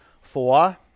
Four